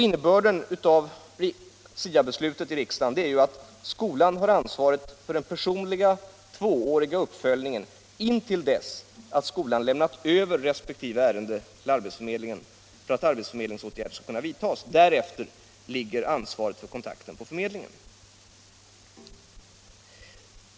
Innebörden av SIA-beslutet i riksdagen är ju att skolan har ansvaret för den personliga tvååriga uppföljningen intill dess att den har lämnat över resp. ärende till arbetsförmedlingen för att arbetsförmedlingsåtgärder skall vidtas. Därefter ligger ansvaret för kontakten på förmedlingen.